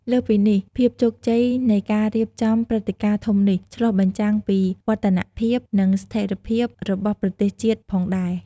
លើសពីនេះភាពជោគជ័យនៃការរៀបចំព្រឹត្តិការណ៍ធំនេះ ឆ្លុះបញ្ចាំងពីវឌ្ឍនភាព និងស្ថេរភាពរបស់ប្រទេសជាតិផងដែរ។